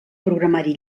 programari